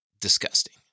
disgusting